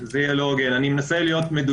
אני חושב שזה לא יהיה הוגן אני מנסה להיות מדויק